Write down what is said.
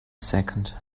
second